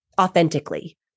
authentically